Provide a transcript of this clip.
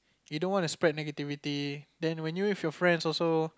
you don't want to spread negativity when you with your friend also